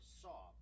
saw